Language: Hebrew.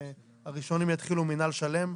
הראשונים יתחילו מינהל של"מ.